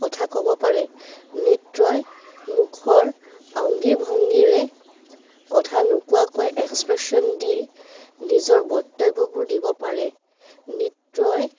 কথা ক'ব পাৰে নৃত্যই মুখৰ অংগী ভংগীৰে কথা নোকোৱাকৈ এক্সপ্ৰেশ্যন দি নিজৰ বক্তব্যবোৰ দিব পাৰে নৃত্যই